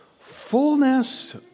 Fullness